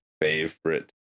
favorite